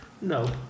No